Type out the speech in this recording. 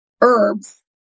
herbs